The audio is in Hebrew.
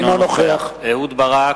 אינו נוכח אהוד ברק,